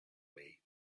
way